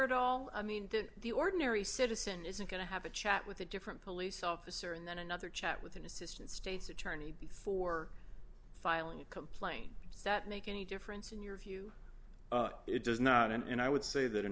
at all i mean that the ordinary citizen isn't going to have a chat with a different police officer and then another chat with an assistant state's attorney before filing a complaint is that make any difference in your view it does not and i would say that an